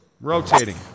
Rotating